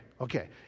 Okay